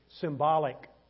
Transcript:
symbolic